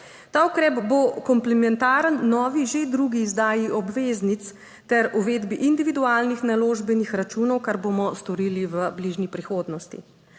Ta ukrep bo komplementaren novi, že drugi izdaji obveznic ter uvedbi individualnih naložbenih računov, kar bomo storili v bližnji prihodnosti.